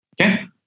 Okay